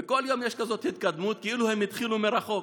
וכל יום יש כזאת התקדמות, כאילו הם התחילו מרחוק,